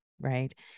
right